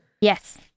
Yes